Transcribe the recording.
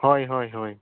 ᱦᱳᱭ ᱦᱳᱭ ᱦᱳᱭ